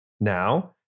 now